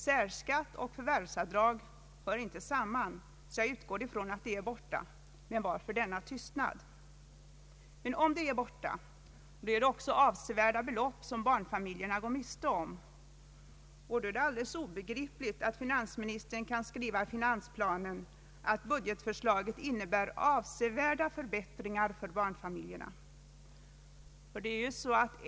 Särskatt och förvärvsavdrag hör inte samman, så jag utgår ifrån att dessa avdrag är borta, men varför denna tystnad? Om förvärvsavdragen är borta så är det avsevärda belopp som barnfamiljerna går miste om, och då är det alldeles obegripligt att finansministern kan skriva i finansplanen att budgetförslaget innebär avsevärda förbättringar för barnfamiljerna.